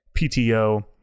PTO